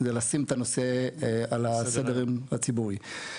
זה לשים את הנושא על סדר היום הציבורי.